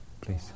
please